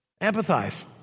Empathize